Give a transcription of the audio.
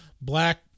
black